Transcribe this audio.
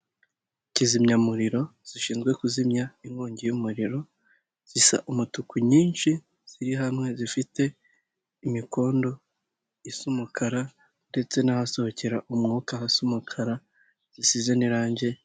Kizimyamuriro zishinzwe kuzimya inkongi y'umuriro zisa umutuku nyinshi ziri hamwe zifite imikondo isa umukara ndetse n'ahasohokera umwuka hasa umukara zisize n'irange.